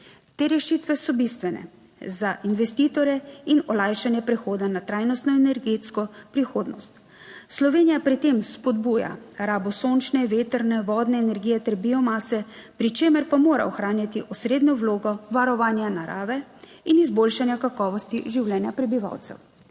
Te rešitve so bistvene za investitorje in olajšanje prehoda na trajnostno energetsko prihodnost. Slovenija pri tem spodbuja rabo sončne, vetrne, vodne energije ter biomase, pri čemer pa mora ohranjati osrednjo vlogo varovanja narave in izboljšanja kakovosti življenja prebivalcev.